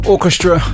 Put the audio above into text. orchestra